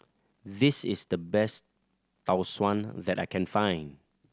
this is the best Tau Suan that I can find